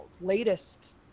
latest